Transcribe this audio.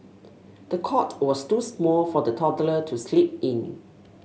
the cot was too small for the toddler to sleep in